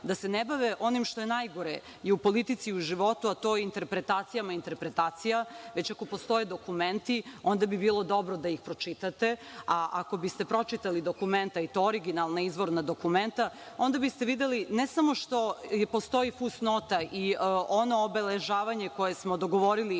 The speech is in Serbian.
da se na bave onim što je najgore i u politici i u životu, a to je interpretacija interpretacija, već ako postoje dokumenti onda bi bilo dobro da ih pročitate. Ako biste pročitali dokumenta i to originalna, izvorna dokumenta onda biste videli ne samo što postoji fusnota i ono obeležavanje koje smo dogovorili